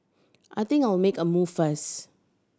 I think I'll make a move first